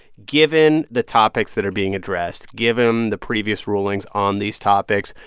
given the topics that are being addressed, given the previous rulings on these topics,